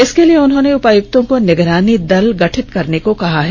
इसके लिए उन्होंने उपायुक्तों को निगरानी दल गंठित करने को कहा है